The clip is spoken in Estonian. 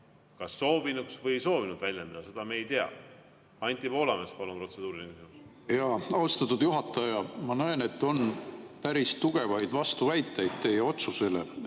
kas soovinuks või ei oleks soovinud väljendada, seda me ei tea. Anti Poolamets, palun, protseduuriline küsimus! Austatud juhataja! Ma näen, et on päris tugevaid vastuväiteid teie otsusele.